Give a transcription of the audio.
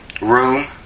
room